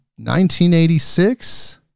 1986